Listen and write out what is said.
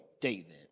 David